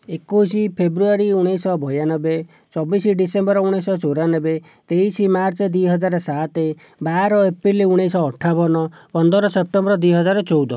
ଏକୋଇଶ ଫେବୃଆରୀ ଉଣେଇଶ ଶହ ବୟାନବେ ଚବିଶ ଡିସେମ୍ବର ଉଣେଇଶ ଶହ ଚଉରାନବେ ତେଇଶ ମାର୍ଚ୍ଚ ଦୁଇହଜାର ସାତ ବାର ଏପ୍ରିଲ୍ ଉଣେଇଶଶହ ଅଠାବନ ପନ୍ଦର ସେପ୍ଟେମ୍ବର ଦୁଇହଜାର ଚଉଦ